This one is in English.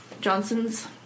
Johnsons